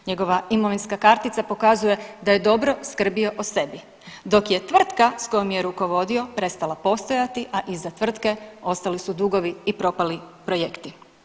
Njegova imovinska kartica pokazuje da je dobro skrbio o sebi, dok je tvrtka s kojom je rukovodio prestala postojati a iza tvrtke ostali su dugovi i propali projekti.